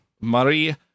Marie